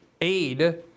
aid